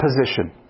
position